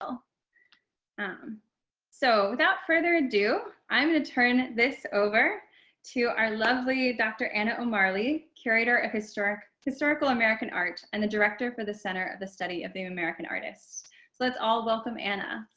um so without further ado, i'm going to turn this over to our lovely dr. anna marley curator of historic historical american art and the director for the center of the study of the american artists. so let's all welcome anna,